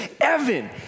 Evan